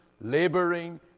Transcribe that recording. laboring